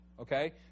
Okay